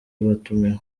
batumiwe